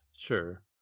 Sure